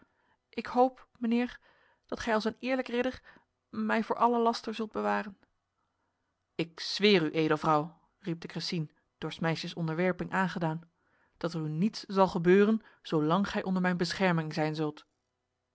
ik hoop mijnheer dat gij als een eerlijk ridder mij voor alle laster zult bewaren ik zweer u edelvrouw riep de cressines door s meisjes onderwerping aangedaan dat er u niets zal gebeuren zolang gij onder mijn bescherming zijn zult